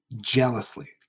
jealously